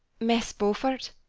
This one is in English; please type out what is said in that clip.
miss beaufort.